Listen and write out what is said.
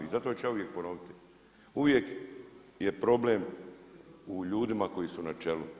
I zato ću ja ovdje ponoviti, uvijek je problem u ljudima koji su na čelu.